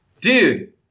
Dude